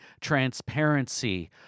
transparency